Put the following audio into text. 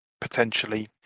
potentially